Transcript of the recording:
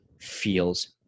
feels